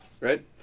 right